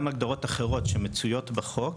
גם הגדרות אחרות שמצויות בחוק